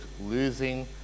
losing